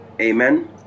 amen